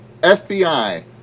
FBI